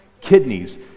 Kidneys